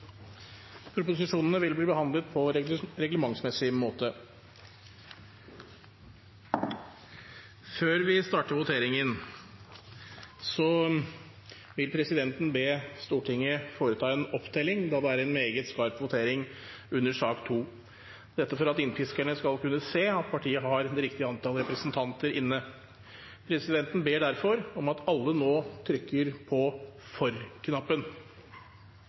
voteringen, vil presidenten be Stortinget foreta en opptelling da vi har en meget skarp votering under sak nr. 2. Dette er for at innpiskerne skal kunne se at partiet har det riktige antallet representanter inne. Presidenten ber derfor om at alle nå trykker på